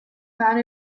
found